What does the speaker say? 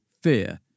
fear